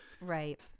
right